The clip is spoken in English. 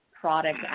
product